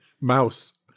Mouse